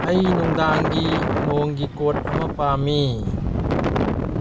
ꯑꯩ ꯅꯨꯡꯗꯥꯡꯒꯤ ꯅꯣꯡꯒꯤ ꯀꯣꯠ ꯑꯃ ꯄꯥꯝꯃꯤ